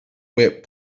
whip